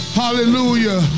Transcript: hallelujah